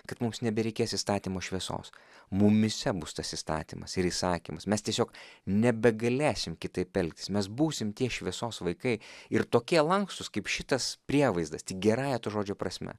kad mums nebereikės įstatymo šviesos mumyse bus tas įstatymas ir įsakymas mes tiesiog nebegalėsim kitaip elgtis mes būsim tie šviesos vaikai ir tokie lankstūs kaip šitas prievaizdas tik gerąja to žodžio prasme